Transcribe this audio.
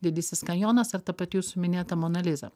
didysis kanjonas ar ta pati jūsų minėta mona liza